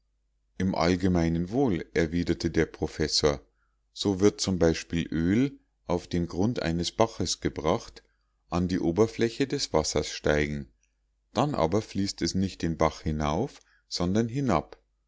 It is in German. im allgemeinen wohl erwiderte der professor so wird zum beispiel öl auf den grund eines baches gebracht an die oberfläche des wassers steigen dann aber fließt es nicht den bach hinauf sondern hinab